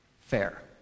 fair